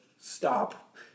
stop